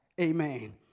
Amen